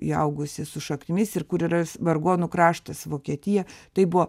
įaugusi su šaknimis ir kur yra vargonų kraštas vokietija tai buvo